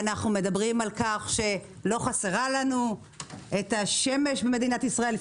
ואנחנו מדברים על כך שלא חסרה לנו שמש במדינת ישראל,